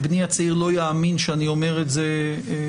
ובמיוחד בני הצעיר לא יאמין שאני אומר את זה בשידור,